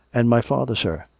and my father, sir?